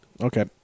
Okay